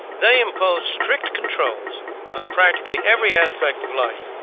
they imposed strict controls on practically every aspect of life,